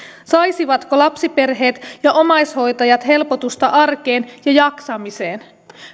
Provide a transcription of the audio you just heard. saisivatko lapsiperheet ja omaishoitajat helpotusta arkeen ja jaksamiseen